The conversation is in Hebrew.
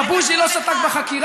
מה, בוז'י לא שתק בחקירה?